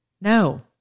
No